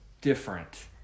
different